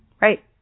right